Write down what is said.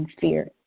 fear